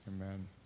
Amen